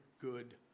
good